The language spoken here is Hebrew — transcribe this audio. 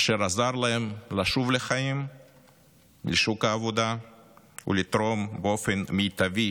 אשר עזר להם לשוב לחיים ולשוק העבודה ולתרום באופן מיטבי